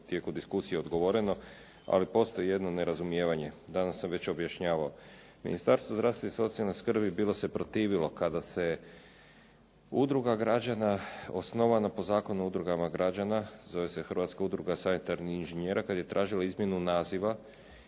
tijeku diskusije odgovoreno, ali postoji jedno nerazumijevanje, danas sam već objašnjavao. Ministarstvo zdravstva i socijalne skrbi bilo se protivilo kada se udruga građana osnovana po Zakonu o udrugama građana, zove se Hrvatska udruga sanitarnih inženjera, kad je tražila izmjenu naziva